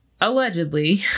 allegedly